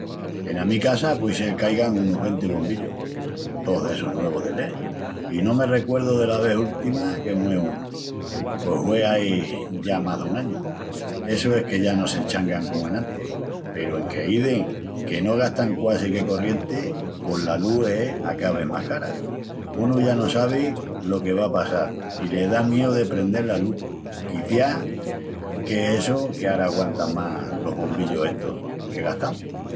Ena mi casa puei sel qu'aigan unus venti bombillus, tous d'essus nuevus de led. I no me recuerdu dela vés última que mué unu. Pos hue ai ya más dun añu, essu es que ya no s'eschangan comu enantis. Peru enque izin que no gastan quasi que corrienti, pos la lus es a ca vés más cara. Unu ya no sabi lo que va a passal i le da mieu de prendel la lus. Quiciás qu'es essu que ara aguantan más los bombillus estus que gastamus...